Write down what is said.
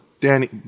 Danny